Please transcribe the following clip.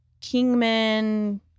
Kingman